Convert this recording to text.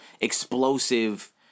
explosive